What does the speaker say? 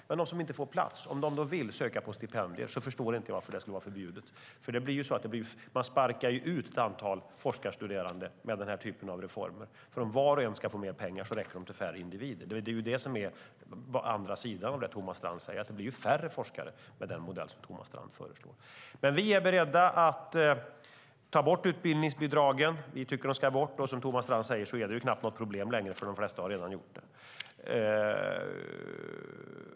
Men om de som inte får plats vill söka stipendier så förstår inte jag varför det skulle vara förbjudet. Man sparkar ju ut ett antal forskarstuderande med denna typ av reformer. Om var och en ska få pengar räcker de till färre individer; det är detta som är den andra sidan av det som Thomas Strand säger. Det blir färre forskare med den modell som han föreslår. Vi är beredda att ta bort utbildningsbidragen. Vi tycker att de ska bort. Som Thomas Strand säger är det knappt något problem längre, för de flesta har redan gjort det.